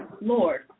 Lord